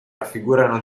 raffigurano